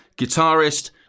guitarist